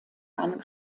einem